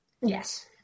Yes